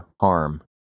Harm